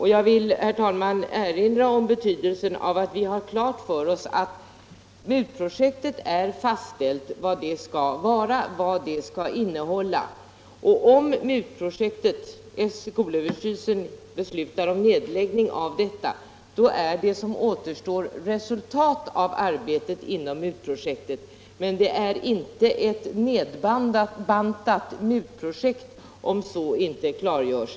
Vidare vill jag erinra om betydelsen av att vi har klart för oss att det är fastställt vad MUT-projektet skall innehålla, och om skolöverstyrelsen beslutar om nedläggning av MUT-projektet är det som återstår resultat av arbetet inom MUT-projektet, men det är inte ett nedbantat MUT-projekt, om detta inte klargörs.